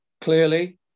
Clearly